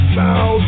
bow